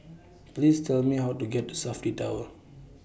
Please Tell Me How to get to Safti Tower